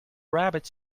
rabbit